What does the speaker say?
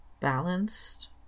balanced